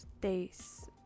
days